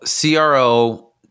CRO